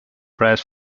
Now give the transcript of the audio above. prayers